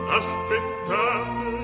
aspettate